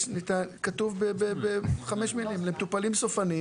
ב-106 כתוב בחמש מילים: "למטופלים סופניים